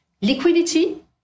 Liquidity